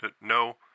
No